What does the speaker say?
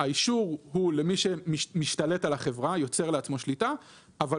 האישור הוא של מי שמשתלט על החברה - יוצר לעצמו שליטה - אבל